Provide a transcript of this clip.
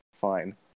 Fine